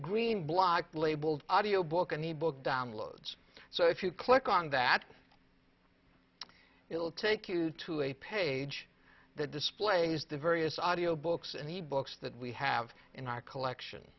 green block labeled audio book and the book downloads so if you click on that it will take you to a page that displays the various audio books and e books that we have in our collection